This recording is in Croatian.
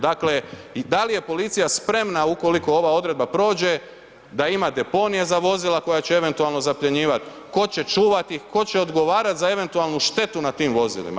Dakle da li je policija spremna ukoliko ova odredba prođe da ima deponije za vozila koja će eventualno zapljenjivati, tko će čuvati, tko će odgovarati za eventualnu štetu nad tim vozilima?